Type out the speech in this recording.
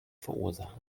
verursachen